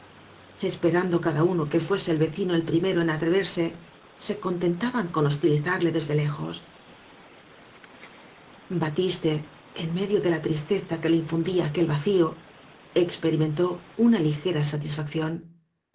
esperando cada uno que fuese el vecino el primero en atreverse se contenta ban con hostilizarle desde lejos batiste en medio de la tristeza que le in fundía aquel vacío experimentó una ligera sa